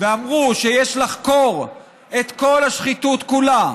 ואמרו שיש לחקור את כל השחיתות כולה,